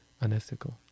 unethical